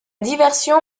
diversion